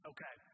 Okay